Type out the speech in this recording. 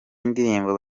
indirimbo